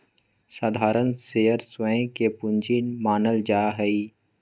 साधारण शेयर स्वयं के पूंजी मानल जा हई